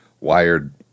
wired